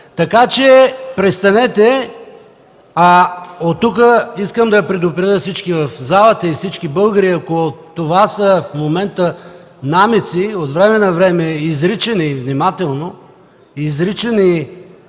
интерес. Престанете! И оттук искам да предупредя всички в залата и всички българи: ако това са в момента намеци, отвреме-навреме изричани внимателно, изричани